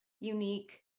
unique